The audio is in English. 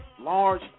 large